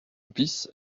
bis